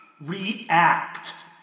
React